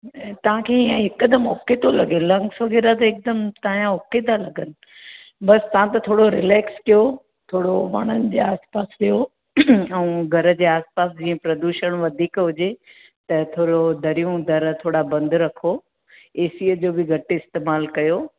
तहांखे हीअं हिकदमु ओके तो लॻे लंग्स वग़ैरह त हिकदमु तहां जा ओके ता लॻनि बसि तां त थोड़ो रिलैक्स कयो थोड़ो वणनि जे आस पास वियो अऊं घर जे आस पास जीअं प्रदूषण वधीक हुजे त थोरो दरियूं दर थोड़ा बंदि रखो एसीअ जो बि घटि इस्तेमालु कयो